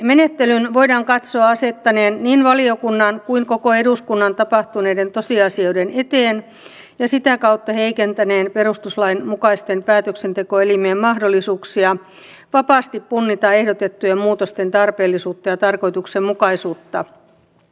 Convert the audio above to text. menettelyn voidaan katsoa asettaneen niin valiokunnan kuin koko eduskunnan tapahtuneiden tosiasioiden eteen ja sitä kautta heikentäneen perustuslain mukaisten päätöksentekoelimien mahdollisuuksia vapaasti punnita ehdotettujen muutosten tarpeellisuutta ja tarkoituksenmukaisuutta